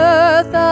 earth